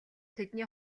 тэдний